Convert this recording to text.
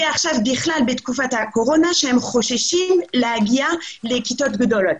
ועכשיו בכלל בתקופת הקורונה שהם חוששים להגיע לכיתות גדולות.